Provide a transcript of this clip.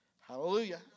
Hallelujah